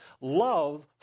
love